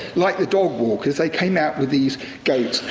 like the dog walkers, they came out with these goats,